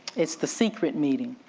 it's the secret meeting.